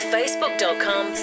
Facebook.com